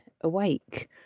awake